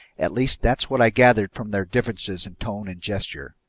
at least that's what i gathered from their differences in tone and gesture.